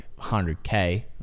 100k